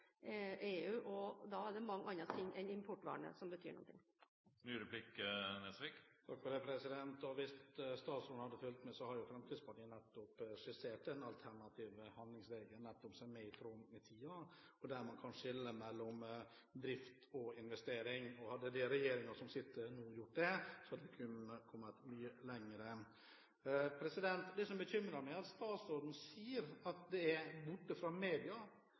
EU, og da er det mange andre ting enn importvernet som betyr noe. Hvis statsråden hadde fulgt med – Fremskrittspartiet har nettopp skissert den alternative handlingsregelen, som er i tråd med tiden, der man kan skille mellom drift og investering. Hadde den regjeringen som sitter nå, gjort det, kunne vi ha kommet mye lenger. Det som bekymrer meg, er at statsråden sier at det er borte fra media.